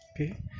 Okay